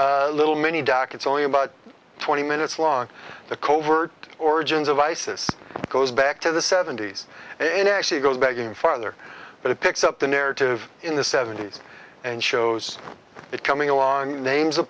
great little mini doc it's only about twenty minutes long the covert origins of isis goes back to the seventy's it actually goes back even farther but it picks up the narrative in the seventy's and shows it coming along names of